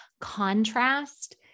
contrast